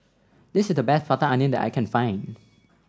this is the best Butter Calamari that I can find